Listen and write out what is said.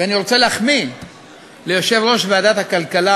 ואני רוצה להחמיא ליושב-ראש ועדת הכלכלה,